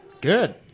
Good